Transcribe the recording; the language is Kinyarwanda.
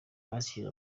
basekeje